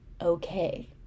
okay